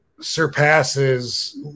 surpasses